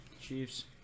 Chiefs